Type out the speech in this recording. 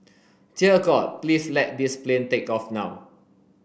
dear god please let this plane take off now